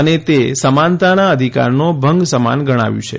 અને તે સમાનતાના અધિકારનો ભંગ સમાન ગણાવ્યું છે